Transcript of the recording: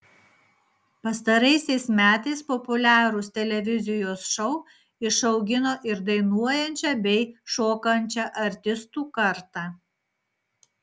pastaraisiais metais populiarūs televizijos šou išaugino ir dainuojančią bei šokančią artistų kartą